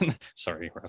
Sorry